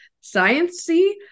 science-y